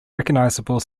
recognisable